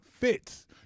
fits